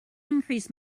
increase